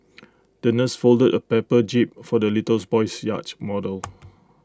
the nurse folded A paper jib for the boy's yacht model